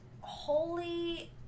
holy